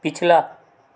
पिछला